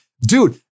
dude